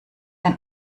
ein